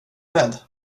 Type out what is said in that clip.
med